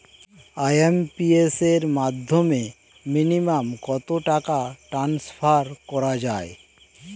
IMPS এর মাধ্যমে minimum কত টাকা ট্রান্সফার করা যায়?